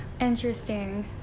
Interesting